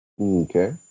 Okay